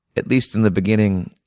at least in the beginning,